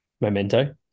memento